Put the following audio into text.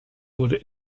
wurde